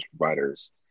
providers